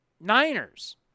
Niners